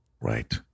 Right